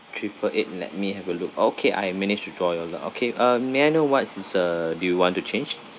triple eight let me have a look okay I managed to draw your the okay uh may I know what's this uh do you want to change